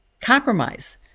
compromise